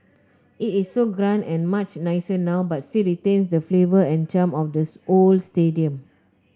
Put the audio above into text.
it is so grand and much nicer now but still retains the flavour and charm of the old stadium